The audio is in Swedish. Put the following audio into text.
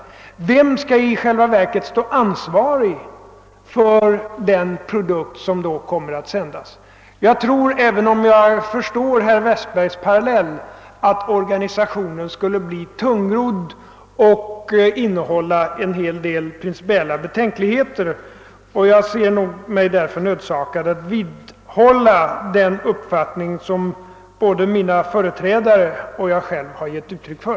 Vem skall i själva verket stå ansvarig för den produkt som kommer att sändas? Jag tror — även om jag förstår herr Westbergs parallell — att organisationen i så fall skulle bli tungrodd och innehålla en hel del principiella betänkligheter. Jag ser mig därför nödsakad att vidhålla den uppfattning som både mina företrädare och jag själv gett uttryck för.